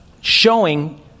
showing